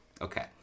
Okay